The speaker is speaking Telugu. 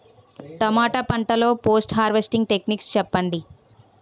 టమాటా పంట లొ పోస్ట్ హార్వెస్టింగ్ టెక్నిక్స్ చెప్పండి?